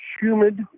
humid